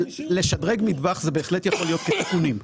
לשדרג מטבח זה בהחלט יכול להיות תיקונים,